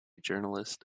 journalist